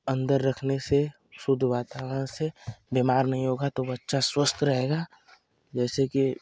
अंदर रखने से शुद्ध वातावरण से बीमार नहीं होगा तो बच्चा स्वस्थ रहेगा जैसे कि